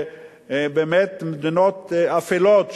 באמת מדינות אפלות,